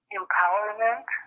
empowerment